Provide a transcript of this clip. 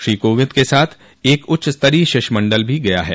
श्री कोविंद के साथ एक उच्च स्तरीय शिष्टमंडल भी गया है